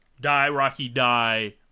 die-rocky-die